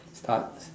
start